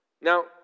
Now